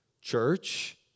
church